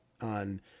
on